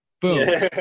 boom